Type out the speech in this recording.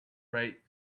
rate